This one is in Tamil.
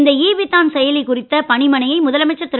இந்த இ விதான் செயலி குறித்த பணிமனையை முதலமைச்சர் திரு